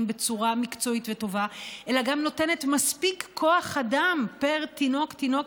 בצורה מקצועית וטובה אלא גם נותנת מספיק כוח אדם פר תינוק-תינוקת,